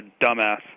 dumbass